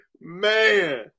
Man